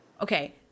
okay